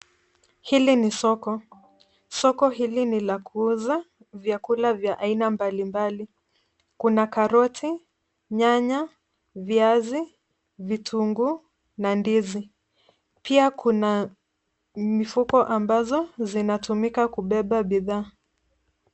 Hili ni soko, soko hili ni la kuuza vyakula vya aina mbalimbali, kuna karoti, nyanya, viazi, vitunguu na ndizi. Pia kuna mifuko ambazo zinatumika kubeba bidhaa.